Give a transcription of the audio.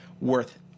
worth